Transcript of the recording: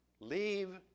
Leave